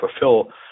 fulfill